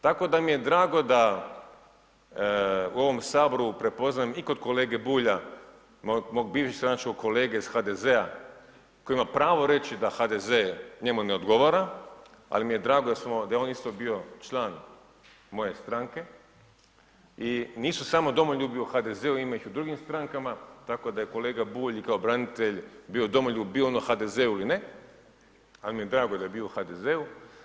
Tako da mi je drago da u ovom Saboru prepoznajem i kod kolege Bulja, mog bivšeg stranačkog kolege iz HDZ-a koji ima pravo reći da HDZ njemu ne odgovara ali mi je drago da je on isto bio član moje stranke i nisu samo domoljubi u HDZ-u, ima ih i u drugim strankama, tako da je kolega Bulj i kao branitelj bio domoljub bio on u HDZ-u ili ne ali mi je drago da je bio u HDZ-u.